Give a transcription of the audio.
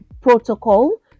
protocol